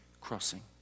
crossing